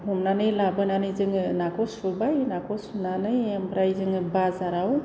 हमनानै लाबोनानै जोंङो नाखौ सुबाय नाखौ सुनानै आमफ्राय जोंङो बाजाराव